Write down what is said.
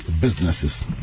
businesses